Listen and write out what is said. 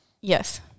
Yes